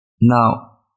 Now